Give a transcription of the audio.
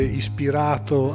ispirato